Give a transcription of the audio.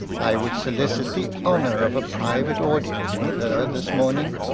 i would solicit the honour of a private audience with her this morning.